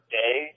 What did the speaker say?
day